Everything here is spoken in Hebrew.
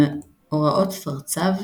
במאורעות תרצ"ו,